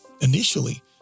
Initially